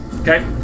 Okay